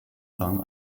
rang